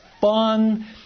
fun